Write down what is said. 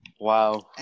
Wow